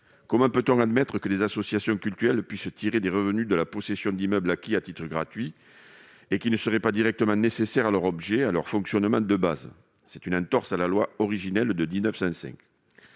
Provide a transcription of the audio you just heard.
comment peut-on admettre que des associations cultuelles puissent tirer des revenus de la possession d'immeubles acquis à titre gratuit et qui ne seraient pas directement nécessaires à leur objet et à leur fonctionnement de base ? C'est une entorse à la loi originelle de 1905